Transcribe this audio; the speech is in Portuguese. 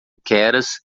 keras